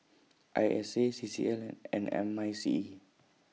I S A C C L and M I C E